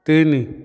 ତିନି